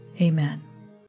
Amen